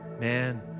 man